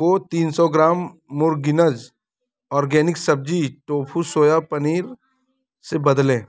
को तीन सौ ग्राम मुरगिनज़ ऑर्गेनिक सब्ज़ी टोफू सोया पनीर से बदलें